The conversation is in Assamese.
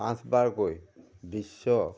পাঁচবাৰকৈ বিশ্ব